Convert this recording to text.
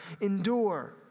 Endure